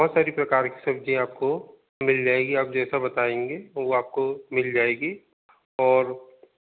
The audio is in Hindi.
बहुत सारी प्रकार की सब्जी आपको मिल जाएगी आप जैसा बताएगे वो आपको मिल जाएगी और